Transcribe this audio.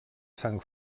sang